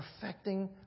perfecting